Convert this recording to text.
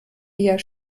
eher